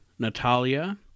Natalia